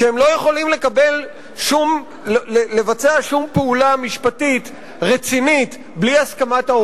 שהם לא יכולים לבצע שום פעולה משפטית רצינית בלי הסכמת ההורים,